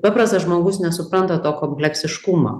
paprastas žmogus nesupranta to kompleksiškumo